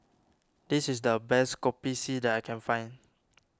this is the best Kopi C that I can find